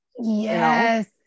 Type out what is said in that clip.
yes